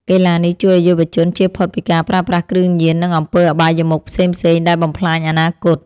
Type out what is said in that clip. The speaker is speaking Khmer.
កីឡានេះជួយឱ្យយុវជនជៀសផុតពីការប្រើប្រាស់គ្រឿងញៀន និងអំពើអបាយមុខផ្សេងៗដែលបំផ្លាញអនាគត។